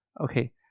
Okay